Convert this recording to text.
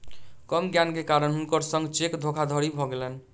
कम ज्ञान के कारण हुनकर संग चेक धोखादड़ी भ गेलैन